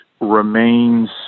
remains